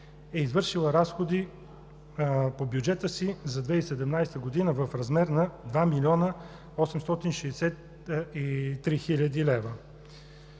е извършила разходи по бюджета си за 2017 г. в размер на 2 млн. 863 хил. лв.